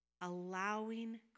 allowing